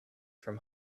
from